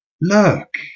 Look